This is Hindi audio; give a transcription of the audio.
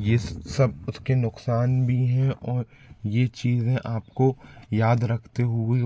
ये सब उसके नुकसान भी हैं और ये चीज़ें आपको याद रखते हुए